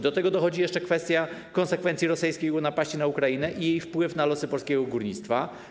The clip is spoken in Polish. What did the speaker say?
Do tego dochodzi jeszcze kwestia konsekwencji rosyjskiej napaści na Ukrainę i jej wpływu na losy polskiego górnictwa.